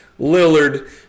Lillard